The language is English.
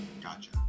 Gotcha